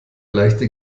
leichte